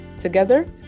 Together